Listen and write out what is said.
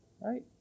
Right